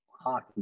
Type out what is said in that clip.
hockey